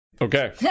Okay